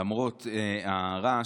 למרות ההערה,